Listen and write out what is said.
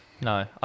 No